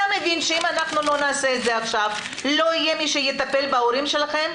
אתה מבין שאם לא נעשה את זה עכשיו לא יהיה מי שיטפל בהורים שלכם?